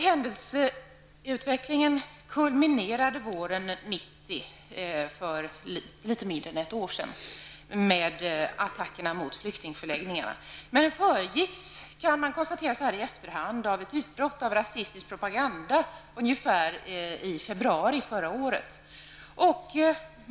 Händelseutvecklingen kulminerade våren 1990, för litet mer än ett år sedan, med attackerna mot flyktingförläggningarna. Så här i efterhand kan man konstatera att det föregicks av ett utbrott av rasistisk propaganda i februari förra året.